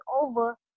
over